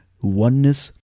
oneness